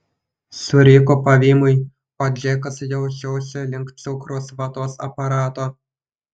suriko pavymui o džekas jau šiaušė link cukraus vatos aparato